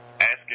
asking